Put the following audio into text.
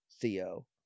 Theo